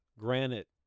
granite